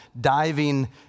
diving